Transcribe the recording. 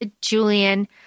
Julian